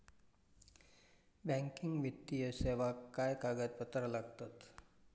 Banking वित्तीय सेवाक काय कागदपत्र लागतत?